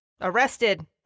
arrested